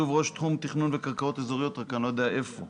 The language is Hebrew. ראש תחום תכנון וקרקעות אזוריות נמצאת ב-זום?